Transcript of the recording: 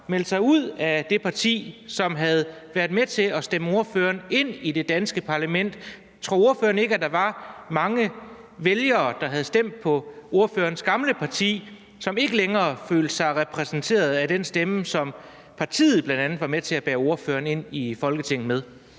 meldte sig ud af det parti, som havde været med til at stemme ordføreren ind i det danske parlament. Tror ordføreren ikke, at der var mange vælgere, der havde stemt på ordførerens gamle parti, som ikke længere følte sig repræsenteret af den stemme, som partiet bl.a. var med til at bære ordføreren ind i Folketinget med?